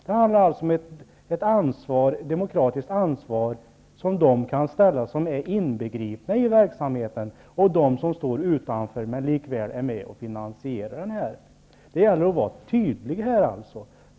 Det handlar alltså om ett demokratiskt ansvar som de som är inbegripna i verksamheten och de som står utanför men som likväl är med och finansierar verksamheten kan ta. Det gäller alltså att vara tydlig i detta sammanhang.